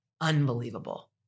unbelievable